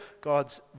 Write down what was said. God's